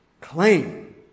Claim